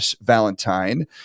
valentine